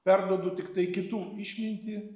perduodu tiktai kitų išmintį